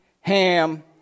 Ham